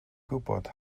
gwbod